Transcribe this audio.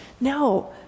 No